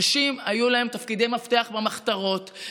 לנשים היו תפקידי מפתח במחתרות.